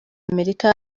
amerika